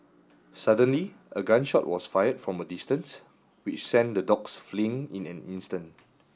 suddenly a gun shot was fired from a distance which sent the dogs fleeing in an instant